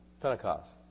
Pentecost